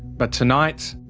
but tonight,